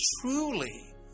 truly